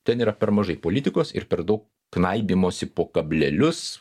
ten yra per mažai politikos ir per daug knaibymosi po kablelius